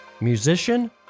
musician